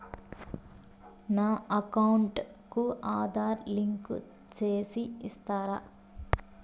నా అకౌంట్ కు ఆధార్ లింకు సేసి ఇస్తారా?